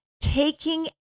taking